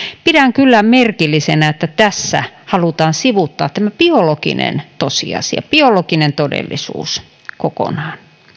pidän kyllä merkillisenä että tässä halutaan sivuuttaa tämä biologinen tosiasia biologinen todellisuus kokonaan